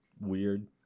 weird